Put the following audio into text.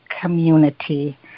community